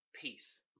Peace